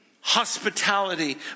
hospitality